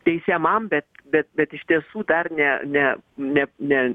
teisiamam bet bet bet iš tiesų dar ne ne ne ne